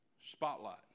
spotlight